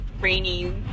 rainy